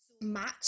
match